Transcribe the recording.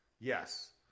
Yes